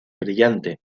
brillante